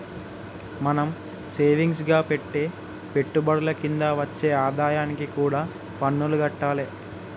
మనం సేవింగ్స్ గా పెట్టే పెట్టుబడుల కింద వచ్చే ఆదాయానికి కూడా పన్నులు గట్టాలే